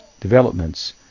developments